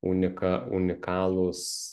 unika unikalūs